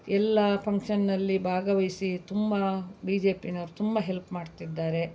ಎಲ್ಲ ಫಂಕ್ಷನ್ನಲ್ಲಿ ಭಾಗವಹಿಸಿ ತುಂಬ ಬಿ ಜೆ ಪಿನವ್ರು ತುಂಬ ಹೆಲ್ಪ್ ಮಾಡ್ತಿದ್ದಾರೆ